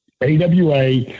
AWA